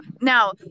now